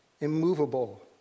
immovable